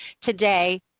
Today